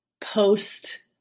post